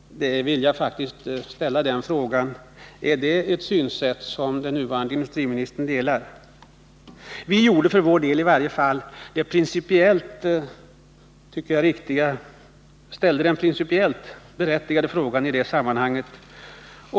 Jag vill fråga: Är detta ett synsätt som den nuvarande industriministern delar? Enligt min mening ställde vi den principiellt riktiga frågan i sammanhanget.